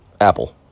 Apple